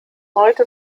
heute